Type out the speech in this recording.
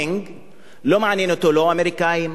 לא מעניין אותו לא האמריקנים, לא האירופים.